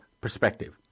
perspective